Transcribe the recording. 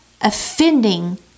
offending